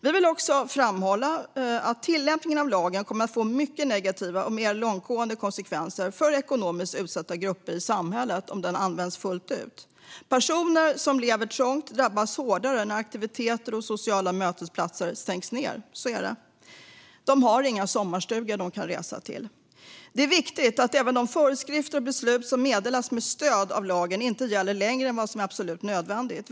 Vi vill också framhålla att tillämpningen av lagen, om den används fullt ut, kommer att få mer negativa och mer långtgående konsekvenser för ekonomiskt utsatta grupper i samhället. Personer som lever trångt drabbas hårdare när aktiviteter och sociala mötesplatser stängs ned - så är det. De har inga sommarstugor som de kan resa till. Det är viktigt att de föreskrifter och beslut som meddelas med stöd av lagen inte gäller längre än vad som är absolut nödvändigt.